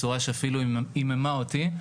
בצורה שהיממה אפילו אותי.